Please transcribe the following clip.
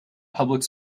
public